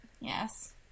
Yes